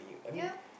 yup